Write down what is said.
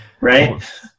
right